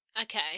Okay